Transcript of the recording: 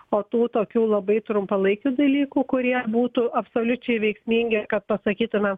o tų tokių labai trumpalaikių dalykų kurie būtų absoliučiai veiksmingi kad pasakytume